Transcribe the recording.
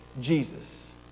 Jesus